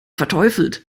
verteufelt